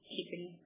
keeping